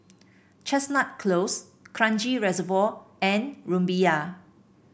Chestnut Close Kranji Reservoir and Rumbia